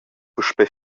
puspei